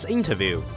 Interview